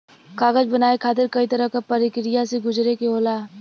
कागज बनाये खातिर कई तरह क परकिया से गुजरे के होला